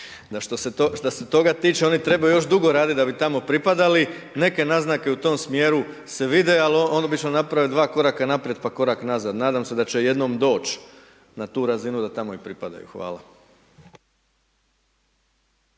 što se toga tiče oni trebaju još dugo radit da bi tamo pripadali, neke naznake u tom smjeru se vide ali oni obično naprave dva koraka naprijed pa korak nazad, nadam se da će jednom doć na tu razinu da tamo i pripadaju. Hvala.